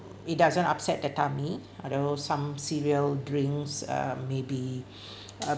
it doesn't upset the tummy I know some cereal drinks uh maybe um